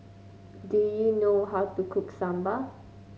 do you know how to cook Sambar